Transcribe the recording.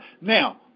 Now